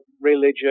religion